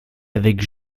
avec